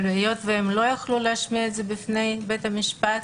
אבל היות שהם לא יכלו להשמיע את זה בפני בית המשפט,